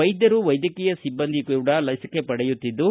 ವೈದ್ಧರು ವೈದ್ಯಕೀಯ ಸಿಬ್ಬಂದಿ ಕೂಡಾ ಲಸಿಕೆ ಪಡೆಯುತ್ತಿದ್ದು